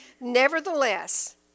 nevertheless